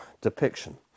depiction